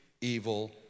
evil